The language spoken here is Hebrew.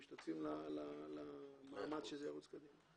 משתתפים במאמץ שזה ירוץ קדימה.